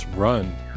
run